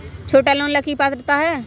छोटा लोन ला की पात्रता है?